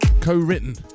co-written